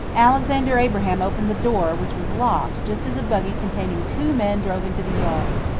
alexander abraham opened the door which was locked just as a buggy containing two men drove into the yard.